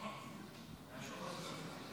חבר הכנסת